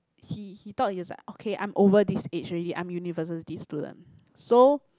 he he thought he was like okay I'm over this age already I am university student so